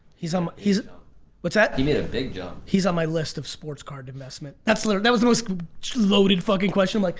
he's um he's what's that? he made a big job. he's on my list of sports card investment that's that was the most loaded fucking question, like